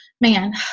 man